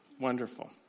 Wonderful